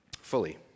fully